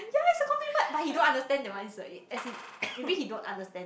yea is a commitment but he don't understand that one is the as he maybe he don't understand